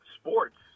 sports